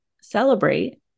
celebrate